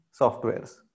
softwares